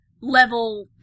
Level